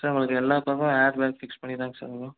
sir உங்களுக்கு எல்லா பக்கமும் ஏர் பேக் ஃபிக்ஸ் பண்ணிதாங்க சார் வரும்